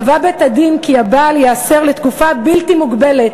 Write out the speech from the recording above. קבע בית-הדין כי הבעל ייאסר לתקופה בלתי מוגבלת,